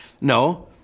no